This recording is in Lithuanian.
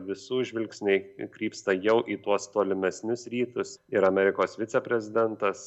visų žvilgsniai krypsta jau į tuos tolimesnius rytus ir amerikos viceprezidentas